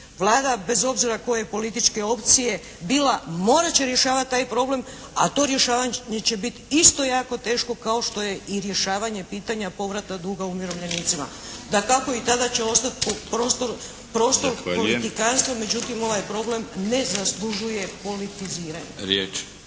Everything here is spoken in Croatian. Vlada bez obzira koje političke opcije bila morat će rješavati taj problem. A to rješavanje će biti isto jako teško kao što je i rješavanje pitanja povrata duga umirovljenicima. Dakako i tada će postati prostor …… /Upadica: Zahvaljujem./ … Prostor politikantstva, međutim ovaj problem ne zaslužuje politiziranje.